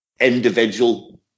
individual